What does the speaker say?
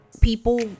people